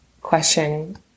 question